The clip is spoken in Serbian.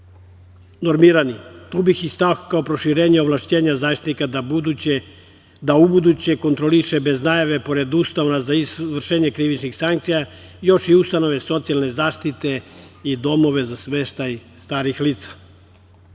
normirani. Tu bih istakao proširenje ovlašćenja Zaštitnika da ubuduće kontroliše bez najave pored ustanova za izvršenje krivičnih sankcija, još i ustanove socijalne zaštite i domove za smeštaj starih